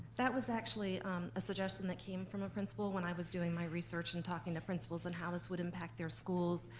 that was actually a suggestion that from a principal when i was doing my research and talking to principals and how this would impact their schools,